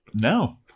No